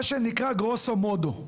מה שנקרא גרוסו מודו.